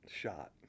shot